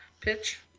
pitch